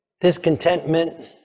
discontentment